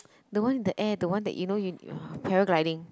the one in the air the one that you know you uh paragliding